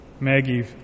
Maggie